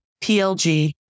PLG